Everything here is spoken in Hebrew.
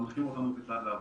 הם מנחים אותנו כיצד לעבוד.